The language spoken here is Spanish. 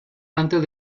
antes